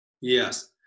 Yes